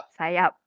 Sayap